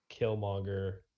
Killmonger